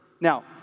Now